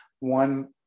one